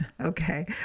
Okay